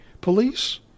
police